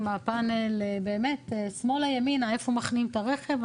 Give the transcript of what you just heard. מהפאנל שמאלה-ימינה איפה מחנים את הרכב,